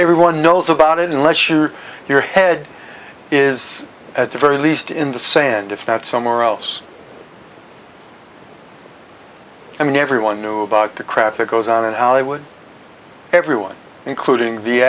everyone knows about it unless sure your head is at the very least in the sand if not somewhere else i mean everyone knew about the crap that goes on and i would everyone including the